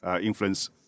influence